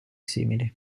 simili